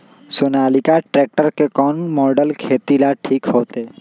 Sonalika tractor के कौन model खेती ला ठीक होतै?